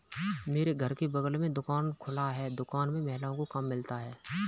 मेरे घर के बगल में दुकान खुला है दुकान में महिलाओं को काम मिलता है